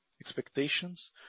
expectations